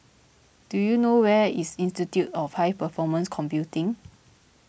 do you know where is Institute of High Performance Computing